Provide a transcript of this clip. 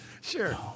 Sure